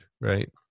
right